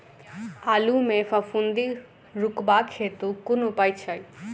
आलु मे फफूंदी रुकबाक हेतु कुन उपाय छै?